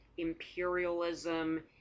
imperialism